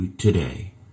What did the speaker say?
Today